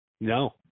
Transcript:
no